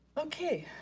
okay,